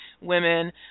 women